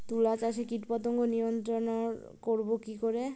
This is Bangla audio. তুলা চাষে কীটপতঙ্গ নিয়ন্ত্রণর করব কি করে?